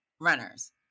runners